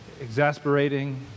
exasperating